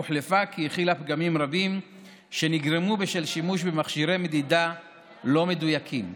הוחלפה כי הכילה פגמים רבים שנגרמו בשל שימוש במכשירי מדידה לא מדויקים.